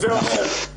הווי אומר,